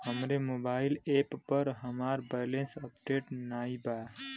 हमरे mobile app पर हमार बैलैंस अपडेट नाई बा